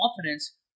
confidence